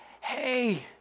hey